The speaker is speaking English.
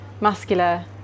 muscular